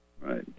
right